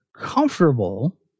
comfortable